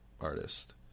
artist